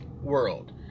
World